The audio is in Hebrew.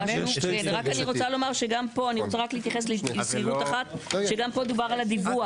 גם פה דובר רק על הדיווח.